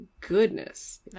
goodness